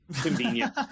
convenient